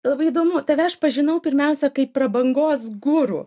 labai įdomu tave aš pažinau pirmiausia kaip prabangos guru